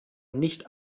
nicht